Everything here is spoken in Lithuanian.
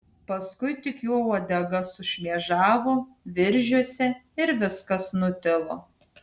paskui tik jo uodega sušmėžavo viržiuose ir viskas nutilo